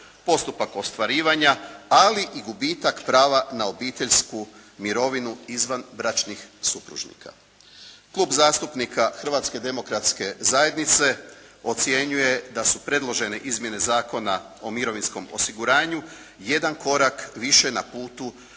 postupak ostvarivanja ali i gubitak prava na obiteljsku mirovinu izvanbračnih supružnika. Klub zastupnika Hrvatske demokratske zajednice ocjenjuje da su predložene Izmjene zakona o mirovinskom osiguranju jedan korak više na putu